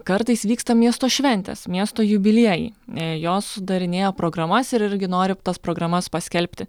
kartais vyksta miesto šventės miesto jubiliejai jos sudarinėja programas ir irgi nori tas programas paskelbti